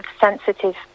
sensitive